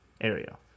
area